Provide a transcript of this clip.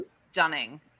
stunning